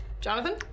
Jonathan